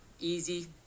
easy